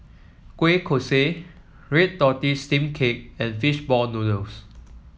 Kueh Kosui Red Tortoise Steamed Cake and fish ball noodles